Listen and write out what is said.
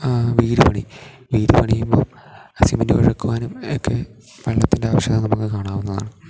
വീട് പണി വീട് പണിയുമ്പം സിമെൻ്റ് കുഴക്കുവാനും ഒക്കെ വെള്ളത്തിൻ്റെ ആവശ്യകത നമുക്ക് കാണാവുന്നതാണ്